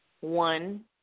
One